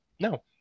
No